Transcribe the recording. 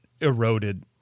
eroded